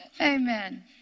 Amen